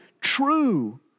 true